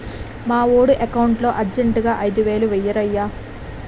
మావోడి ఎకౌంటులో అర్జెంటుగా ఐదువేలు వేయిరయ్య